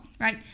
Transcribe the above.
right